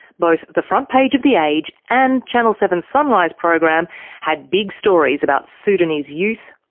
both the front page of the age and channel seven's sunrise program had big stories about sudanese youth,